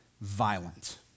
violent